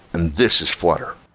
and this is flutter.